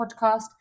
podcast